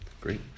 Great